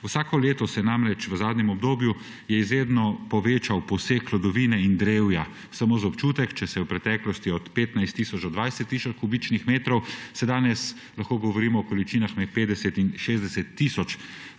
Vsako leto se je namreč v zadnjem obdobju izredno povečal posek hlodovine in drevja. Samo za občutek, če se je v preteklosti posekalo od 15 tisoč do 20 tisoč kubičnih metrov, lahko danes govorimo o količinah med 50 in 60 tisoč